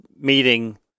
meeting